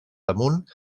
damunt